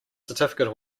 certificate